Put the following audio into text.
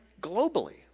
globally